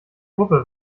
gruppe